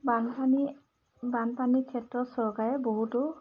বানপানী বানপানীৰ ক্ষেত্ৰত চৰকাৰে বহুতো